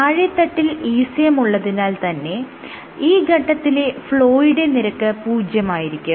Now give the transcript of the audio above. താഴെ തട്ടിൽ ECM ഉള്ളതിനാൽ തന്നെ ഈ ഘട്ടത്തിലെ ഫ്ലോയുടെ നിരക്ക് പൂജ്യമായിരിക്കും